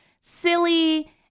silly